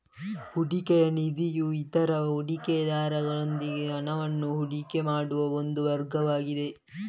ಹೂಡಿಕೆಯ ನಿಧಿಯು ಇತರ ಹೂಡಿಕೆದಾರರೊಂದಿಗೆ ಹಣವನ್ನು ಹೂಡಿಕೆ ಮಾಡುವ ಒಂದು ಮಾರ್ಗವಾಗಿದೆ